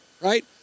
Right